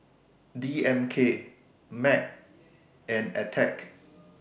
D M K Mac and Attack